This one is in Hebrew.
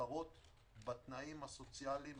בתנאים הסוציאליים,